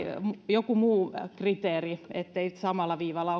joku muu kriteeri etteivät kaikki ole samalla viivalla